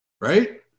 right